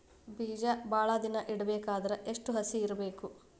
ಬೇಜ ಭಾಳ ದಿನ ಇಡಬೇಕಾದರ ಎಷ್ಟು ಹಸಿ ಇರಬೇಕು?